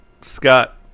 Scott